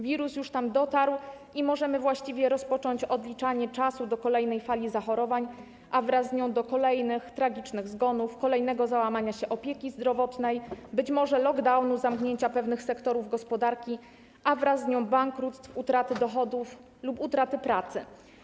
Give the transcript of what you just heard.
Wirus już tam dotarł i właściwie możemy rozpocząć odliczanie do kolejnej fali zachorowań, a wraz z nią kolejnych tragicznych zgonów, kolejnego załamania się systemu opieki zdrowotnej, być może lockdownu, zamknięcia pewnych sektorów gospodarki, a wraz z tym bankructw, utraty dochodów lub utraty pracy.